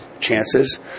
chances